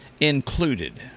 included